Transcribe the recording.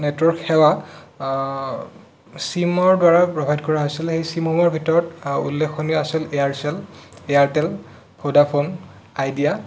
network সেৱা চিমৰ দ্বাৰা প্ৰভাইড কৰা হৈছিলে সেই চিমসমূহৰ ভিতৰত উল্লেখনীয় আছিল এয়াৰচেল এয়াৰটেল ভোডাফোন আইডিয়া